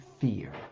fear